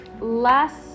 Last